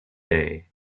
day